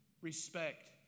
Respect